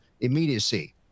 immediacy